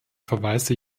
verweise